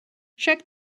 check